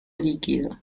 líquido